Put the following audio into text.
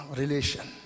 relation